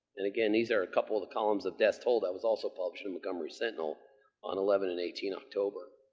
and, again, these are a couple of the columns of death toll that was also published in the montgomery sentinel on eleven and eighteen october.